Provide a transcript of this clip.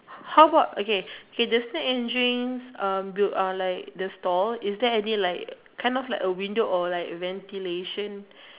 how about okay okay the snack and drinks um built uh like the stall is there any like kind of like a window or like ventilation